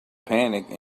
panic